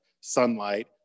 sunlight